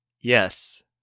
Yes